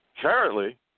Currently